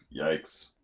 Yikes